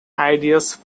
ideas